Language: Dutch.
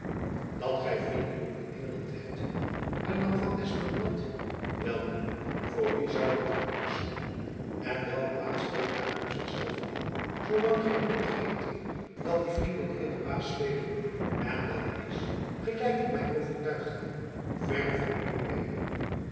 dat gy vrienden in engeland hebt hernam van espenblad welnu voor wien zoû dat wat nieuws zijn en welk kwaad steekt daar op zich zelf in zoo lang gy niet begeert dat die vrienden hier den baas spelen en dat is gelijk ik my overtuigd houde verre van uwe meening